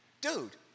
Dude